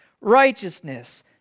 Righteousness